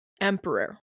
emperor